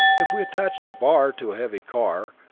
if we attach the bar to a heavy car,